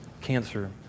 cancer